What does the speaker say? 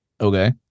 Okay